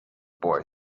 boy